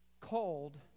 called